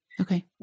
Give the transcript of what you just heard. Okay